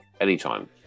Anytime